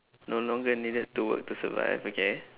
no longer needed to work to survive okay